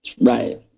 Right